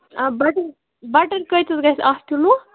آ butter butter کۭتِس گژھِ اَکھ کِلوٗ